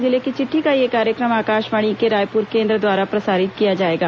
जिले की चिट्ठी का यह कार्यक्रम आकाशवाणी के रायपुर केंद्र द्वारा प्रसारित किया जाएगा